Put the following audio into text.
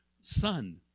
son